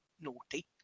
naughty